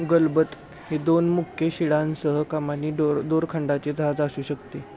गलबत हे दोन मुख्य शिडांसह कमानी दोर दोरखंडाचे जहाज असू शकते